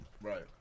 Right